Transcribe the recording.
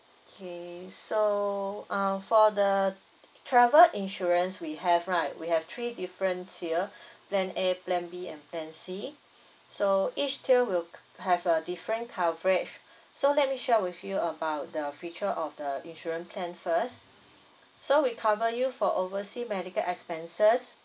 okay so uh for the t~ t~ travel insurance we have right we have three different tier plan A plan B and plan C so each tier will co~ have a different coverage so let me share with you about the feature of the insurance plan first so we cover you for oversea medical expenses